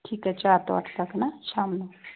ਠੀਕ ਹੈ ਚਾਰ ਤੋਂ ਅੱਠ ਤੱਕ ਨਾ ਸ਼ਾਮ ਨੂੰ